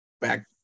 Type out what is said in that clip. back